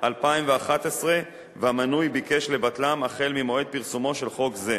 2011 והמנוי ביקש לבטלם החל ממועד פרסומו של חוק זה.